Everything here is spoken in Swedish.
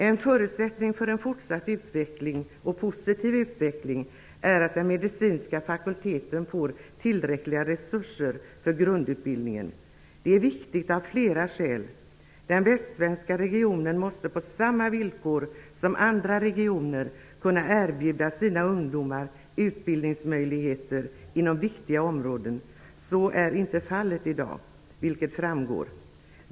En förutsättning för fortsatt utveckling, och för en positiv utveckling, är att den medicinska fakulteten får tillräckliga resurser till grundutbildningen. Det är viktigt av flera skäl. Den västsvenska regionen måste på samma villkor som andra regioner kunna erbjuda sina ungdomar utbildningsmöjligheter inom viktiga områden. Så är inte fallet i dag, vilket framgår.